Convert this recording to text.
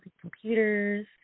computers